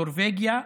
נורבגיה,